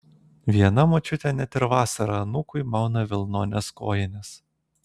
viena močiutė net ir vasarą anūkui mauna vilnones kojines